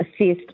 assist